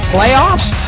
Playoffs